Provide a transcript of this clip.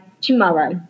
tomorrow